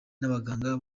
n’abaganga